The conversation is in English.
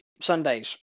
Sundays